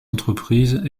entreprises